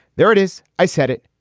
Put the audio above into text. there it is. i said it.